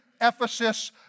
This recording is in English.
Ephesus